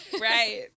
Right